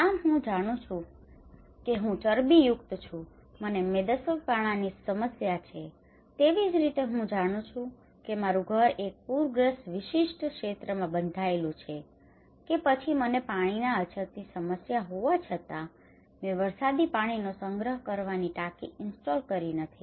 આમ હું જાણું છું કે હું ચરબીયુક્ત છું મને મેદસ્વીપણાની સમસ્યા પણ છે તેવી જ રીતે હું જાણું છું કે મારું ઘર એક પૂરગ્રસ્ત વિશિષ્ટ ક્ષેત્રમાં બંધાયેલું છે કે પછી મને પાણીના અછતની સમસ્યા હોવા છતાં મેં વરસાદી પાણીનો સંગ્રહ કરવાની ટાંકી ઇન્સ્ટોલ કરી નથી